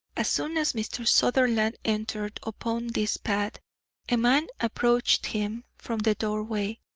as soon as mr. sutherland entered upon this path a man approached him from the doorway.